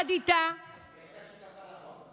שיחד איתה, היא הייתה שותפה לחוק,